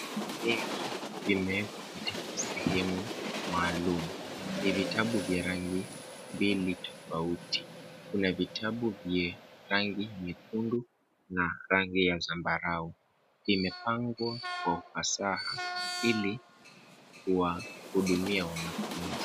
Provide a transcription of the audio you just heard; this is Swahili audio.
Kijibegi kimewekwa katika sehemu maalum. Ni vitabu vya rangi mbili tofauti. Kuna vitabu vya rangi nyekundu na rangi ya zambarau. Vimepangwa kwa ufasaha ili kuwahudumia wanafunzi.